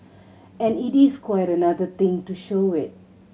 and it is quite another thing to show it